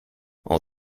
all